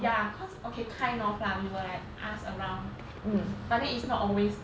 ya cause okay kind of lah we were like ask around but then it is not always